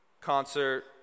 concert